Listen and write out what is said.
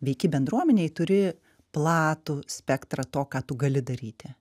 veiki bendruomenėj turi platų spektrą to ką tu gali daryti